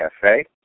Cafe